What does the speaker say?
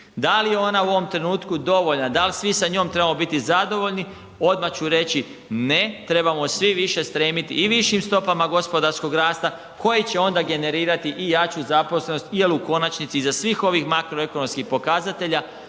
Da li je ona u ovom trenutku dovoljna, da li svi sa njom trebamo biti zadovoljni? Odmah ću reći ne, trebamo svi više stremiti i višim stopama gospodarskog rasta koji će onda generirati i jaču zaposlenost jel u konačnici iza svih ovih makroekonomskih pokazatelja